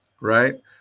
right